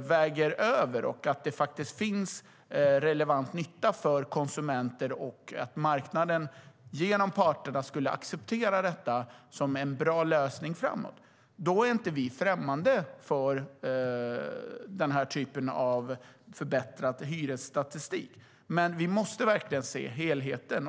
väger över, att det faktiskt finns relevant nytta för konsumenter och att marknaden genom parterna skulle acceptera detta som en bra lösning är vi inte främmande för denna typ av förbättrad hyresstatistik, men vi måste se helheten.